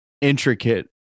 intricate